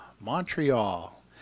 Montreal